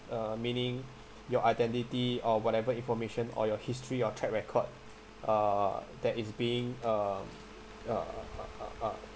uh meaning your identity or whatever information or your history or track record uh that is being um uh uh uh